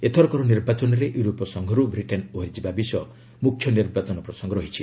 ଏଥରକ ନିର୍ବାଚନରେ ୟୁରୋପୀୟ ସଂଘରୁ ବ୍ରିଟେନ୍ ଓହରିଯିବା ବିଷୟ ମୁଖ୍ୟ ନିର୍ବାଚନ ପ୍ରସଙ୍ଗ ରହିଛି